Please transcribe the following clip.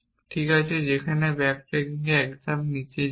ঠিক আছে যেখানে ব্যাক ট্র্যাকিং এখানে 1 ধাপ নিচে যায়